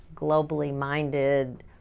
globally-minded